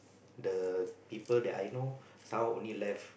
the people that I know somehow only left